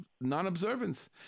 non-observance